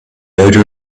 odor